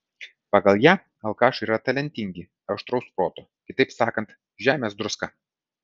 pagal ją alkašai yra talentingi aštraus proto kitaip sakant žemės druska